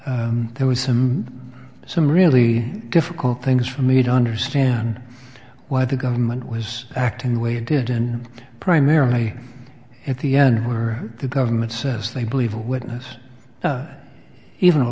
there was some some really difficult things for me to understand why the government was acting the way it did and primarily at the end where the government says they believe a witness even a